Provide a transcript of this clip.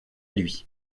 lui